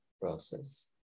process